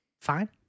Fine